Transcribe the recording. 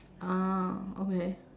ah okay